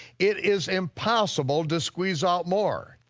it is impossible to squeeze out more.